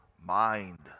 mind